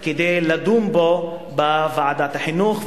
לסדר-היום כדי לדון בו בוועדת החינוך.